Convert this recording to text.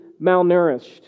malnourished